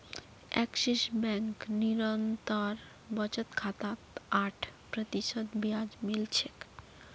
axis bank निरंतर बचत खातात आठ प्रतिशत ब्याज मिल छेक